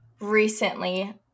recently